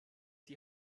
die